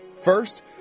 First